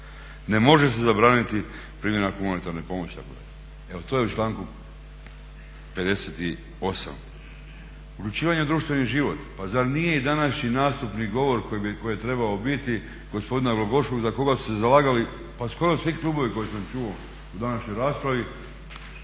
Ne može se zabraniti primjera humanitarne pomoći itd., evo to je u članku 58. Uključivanje u društveni život. Pa zar nije i današnji nastupni govor koji je trebao biti gospodina Glogoškog za koga su se zalagali pa skoro svi klubovi koje sam čuo u današnjoj raspravi.